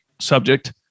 subject